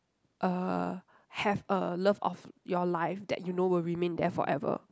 uh have a love of your life that you know will remain there forever